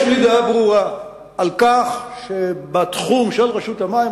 יש לי דעה ברורה על כך שבתחום של רשות המים,